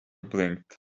blinked